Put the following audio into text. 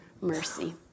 mercy